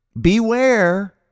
beware